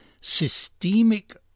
Systemic